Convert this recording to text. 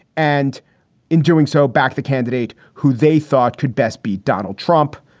and in doing so back the candidate who they thought could best be donald trump.